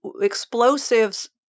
explosives